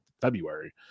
february